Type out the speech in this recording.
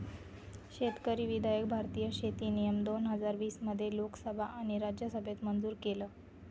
शेतकरी विधायक भारतीय शेती नियम दोन हजार वीस मध्ये लोकसभा आणि राज्यसभेत मंजूर केलं